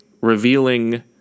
revealing